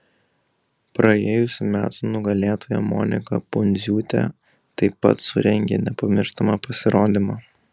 praėjusių metų nugalėtoja monika pundziūtė taip pat surengė nepamirštamą pasirodymą